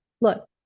look